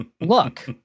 look